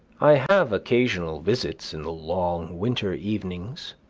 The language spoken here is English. i have occasional visits in the long winter evenings,